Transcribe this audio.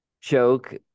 joke